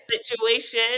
situation